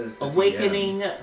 awakening